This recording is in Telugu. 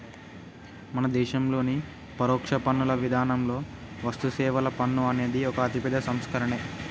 మన దేశంలోని పరోక్ష పన్నుల విధానంలో వస్తుసేవల పన్ను అనేది ఒక అతిపెద్ద సంస్కరనే